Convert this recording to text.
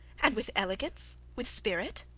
and with elegance, with spirit?